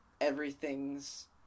everything's